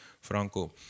Franco